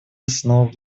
основ